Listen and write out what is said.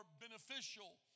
beneficial